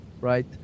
right